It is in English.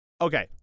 Okay